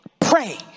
pray